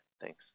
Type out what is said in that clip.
Thanks